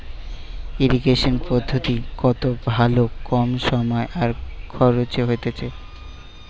irrigation পদ্ধতি কত ভালো কম সময় আর খরচে হতিছে